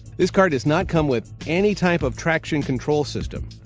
this car does not come with any type of traction control system,